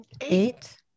Eight